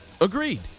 Agreed